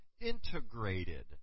integrated